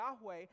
Yahweh